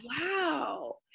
wow